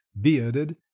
bearded